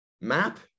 Map